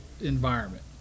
environment